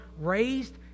raised